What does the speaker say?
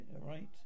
Right